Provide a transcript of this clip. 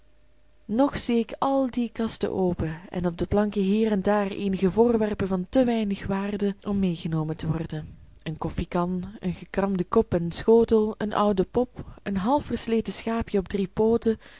nog zie ik al die kasten open en op de planken hier en daar eenige voorwerpen van te weinig waarde om meegenomen te worden een koffiekan een gekramden kop en schotel een oude pop een half versleten schaapjen op drie pooten